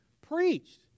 preached